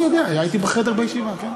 אני יודע, היה אתי בחדר בישיבה.